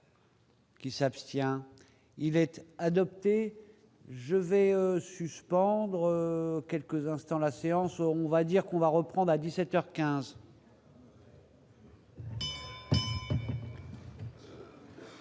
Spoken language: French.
Qui s'abstient il être adopté. Je vais suspendre quelques instants la séance on va dire qu'on va reprendre à 17